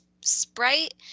sprite